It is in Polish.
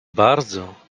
bardzo